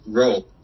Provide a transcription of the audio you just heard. role